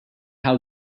how